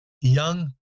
young